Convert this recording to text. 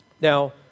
Now